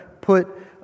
put